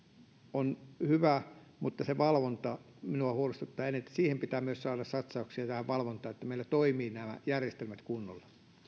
on hyvä mutta se valvonta minua huolestuttaa eniten tähän valvontaan pitää myös saada satsauksia niin että meillä toimivat nämä järjestelmät kunnolla